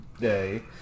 day